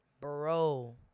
Bro